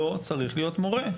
לא צריך להיות מורה,